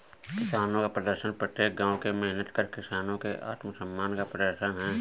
किसानों का प्रदर्शन प्रत्येक गांव के मेहनतकश किसानों के आत्मसम्मान का प्रदर्शन है